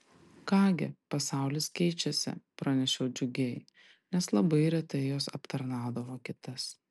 ką gi pasaulis keičiasi pranešiau džiugiai nes labai retai jos aptarnaudavo kitas